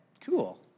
cool